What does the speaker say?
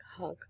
hug